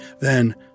Then